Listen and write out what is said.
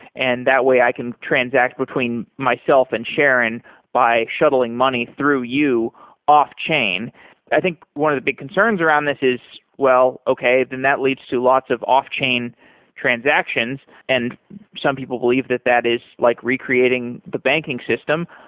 and that way, i can transact between myself and sharon by shuttling money through you off chain i think one of the big concerns around this is well, okay then that leads to lots of off chain transactions and some people believe that that is like recreating the banking system.